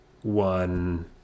one